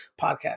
podcast